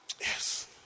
Yes